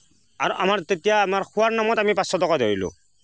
আৰু আমাৰ তেতিয়া আমাৰ খোৱাৰ নামত আমি পাঁচশ টকা ধৰিলোঁ